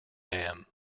dam